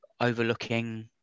overlooking